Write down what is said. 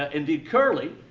ah indeed curley,